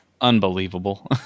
Unbelievable